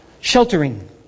sheltering